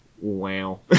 Wow